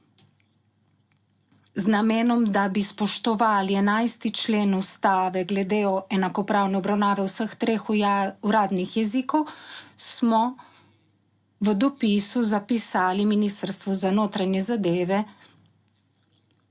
Z namenom, da bi spoštovali 11. člen ustave glede enakopravne obravnave vseh treh uradnih jezikov, smo v dopisu zapisali ministrstvu za notranje zadeve